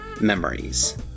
memories